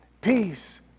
peace